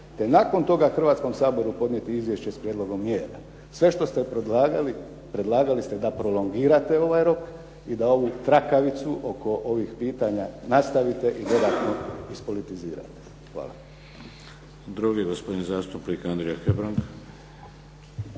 "te nakon toga Hrvatskom saboru podnijeti izvješće s prijedlogom mjera." Sve što ste predlagali, predlagali ste da prolongirate ovaj rok i da ovu trakavicu oko ovih pitanja nastavite i dodatno ispolitizirate. Hvala.